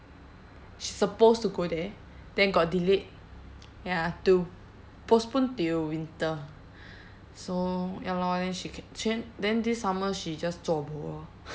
she supposed to go there then got delayed ya to postpone till winter so ya lor then she can ch~ then this summer she just zuo bo lor